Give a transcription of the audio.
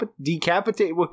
decapitate